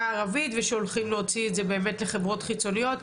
הערבית ושהולכים להוציא את זה לחברות חיצוניות.